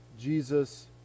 Jesus